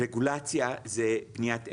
רגולציה, זה בניית אמון,